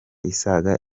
isaga